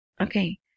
Okay